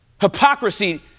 hypocrisy